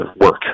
work